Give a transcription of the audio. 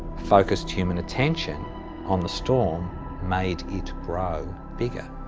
focused human attention on the storm made it grow bigger.